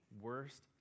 worst